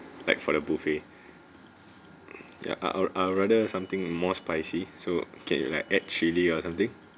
like for the buffet ya I I rather something more spicy so can you like add chilli or something